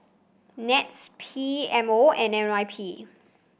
NETS P M O and N Y P